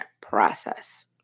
process